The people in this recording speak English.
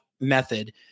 method